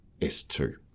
S2